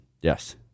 Yes